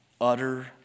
utter